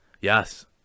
Yes